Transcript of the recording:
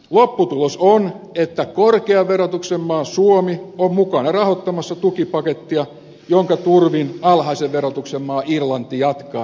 lopputulos on että korkean verotuksen maa suomi on mukana rahoittamassa tukipakettia jonka turvin alhaisen verotuksen maa irlanti jatkaa yritysverokilpailua